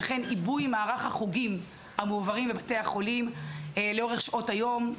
וכן עיבוי מערך החוגים המועברים בבתי החולים לאורך שעות היום,